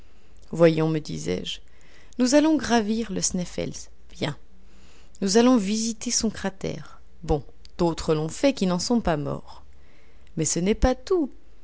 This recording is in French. voyons me disais-je nous allons gravir le sneffels bien nous allons visiter son cratère bon d'autres l'ont fait qui n'en sont pas morts mais ce n'est pas tout